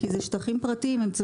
כי אלה שטחים פרטיים.